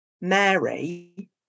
Mary